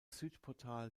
südportal